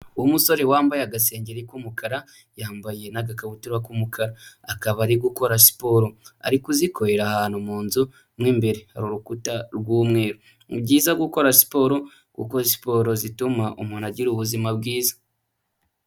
Umusore wambaye agasengengeri k'umukara, yambaye n'agakabutura k'umukara; akaba ari gukora siporo. Ari kuzikorera ahantu mu nzu mo imbere, hari urukuta rw'umweru. Ni byiza gukora siporo, kuko siporo zituma umuntu agira ubuzima bwiza.